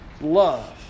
love